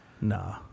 Nah